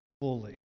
fully